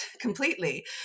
completely